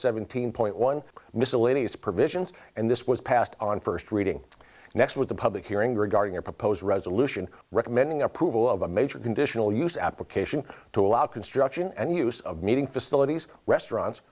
seventeen point one miscellaneous provisions and this was passed on first reading next with a public hearing regarding a proposed resolution recommending approval of a major conditional use application to allow construction and use of meeting facilities restaurants